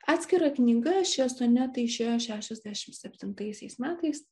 atskira knyga šie sonetai išėjo šešiasdešimt septintaisiais metais